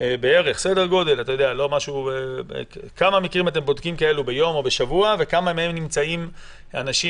כאלה אתם בודקים ביום או בשבוע ובכמה מהם נמצאים אנשים